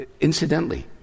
Incidentally